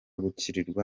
gukatirwa